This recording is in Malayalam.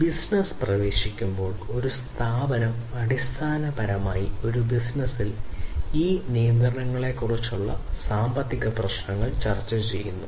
ഒരു ബിസിനസ്സ് പ്രവേശിക്കുമ്പോൾ ഒരു സ്ഥാപനം അടിസ്ഥാനപരമായി ഒരു ബിസിനസ്സിൽ പ്രവേശിക്കുമ്പോൾ ഈ ചില നിയന്ത്രണങ്ങളെക്കുറിച്ച് സാമ്പത്തിക പ്രശ്നങ്ങൾ സംസാരിക്കുന്നു